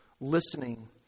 listening